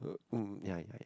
uh oo ya ya ya